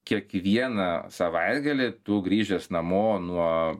kiekvieną savaitgalį tu grįžęs namo nuo